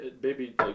Baby